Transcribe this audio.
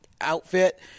outfit